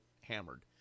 hammered